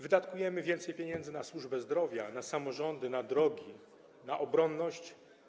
Wydatkujemy więcej pieniędzy na służbę zdrowia, na samorządy, na drogi, na obronność.